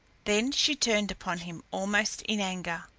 then she turned upon him almost in anger.